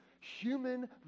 human